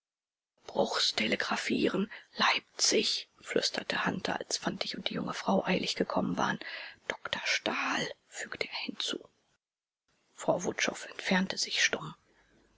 bruchs telegraphieren leipzig flüsterte hunter als fantig und die junge frau eilig gekommen waren doktor stahl fügte er hinzu frau wutschow entfernte sich stumm